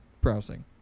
browsing